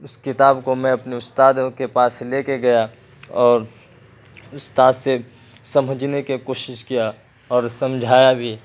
اس کتاب کو میں اپنے استادوں کے پاس لے کے گیا اور استاد سے سمجھنے کے کوشش کیا اور سمجھایا بھی